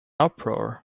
uproar